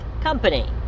company